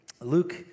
Luke